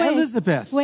Elizabeth